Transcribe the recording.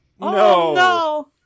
No